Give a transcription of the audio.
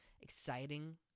exciting